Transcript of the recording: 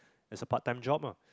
as a part time job ah